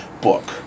book